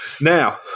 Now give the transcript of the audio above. Now